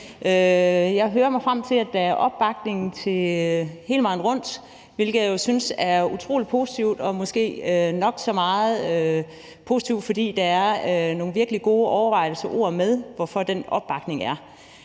Jeg hører mig frem til, at der er opbakning hele vejen rundt, hvilket jeg jo synes er utrolig positivt og måske nok så meget, fordi der er nogle virkelig gode overvejelser og ord med om, hvorfor der er den opbakning.